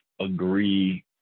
agree